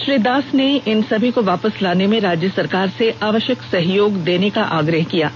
श्री दास ने इन सभी को वापस लाने में राज्य सरकार से आवष्यक सहयोग प्रदान करने का आग्रह किया है